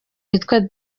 witwa